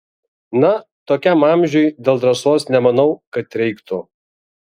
na tokiam amžiuj dėl drąsos nemanau kad reiktų